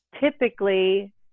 typically